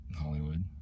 Hollywood